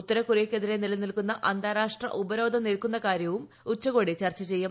ഉത്തരകൊറിയക്കെതിരെ നിലനിൽക്കുന്ന അന്താരാഷ്ട്ര ഉപരോധം നീക്കുന്ന കാര്യവും ഉച്ചകോടി ചർച്ച ചെയ്യും